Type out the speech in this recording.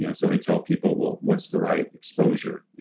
you know so we tell people, well, what's the right exposure?